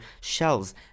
shells